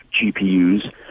GPUs